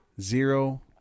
zero